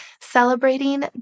celebrating